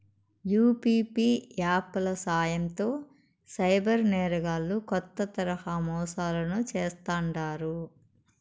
UPI app ల సాయంతో cyber నేరగాల్లు కొత్త తరహా మోసాలను చేస్తాండారు